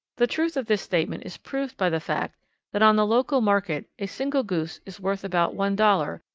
the truth of this statement is proved by the fact that on the local market a single goose is worth about one dollar,